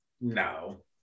No